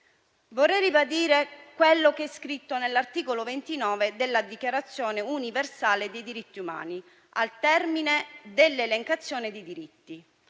Vorrei ribadire quello che è scritto nell'articolo 29 della Dichiarazione universale dei diritti umani, al termine dell'elencazione dei diritti: